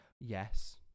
Yes